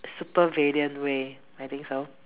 supervillain way I think so